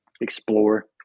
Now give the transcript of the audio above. explore